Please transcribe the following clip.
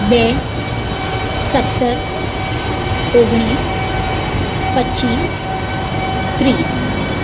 બે સત્તર ઓગણીસ પચ્ચીસ ત્રીસ